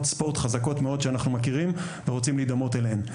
ספורט חזקות שאנחנו מכירים ורוצים להידמות אליהן.